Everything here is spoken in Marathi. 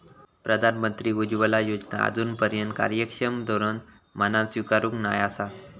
प्रधानमंत्री उज्ज्वला योजना आजूनपर्यात कार्यक्षम धोरण म्हणान स्वीकारूक नाय आसा